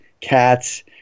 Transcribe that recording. cats